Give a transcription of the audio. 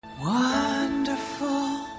Wonderful